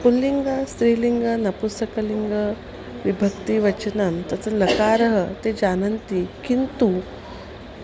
पुल्लिङ्गं स्त्रीलिङ्गं नपुंसकलिङ्गं विभक्तिवचनानि तत्र लकारं ते जानन्ति किन्तु